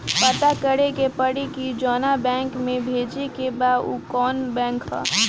पता करे के पड़ी कि जवना बैंक में भेजे के बा उ कवन बैंक ह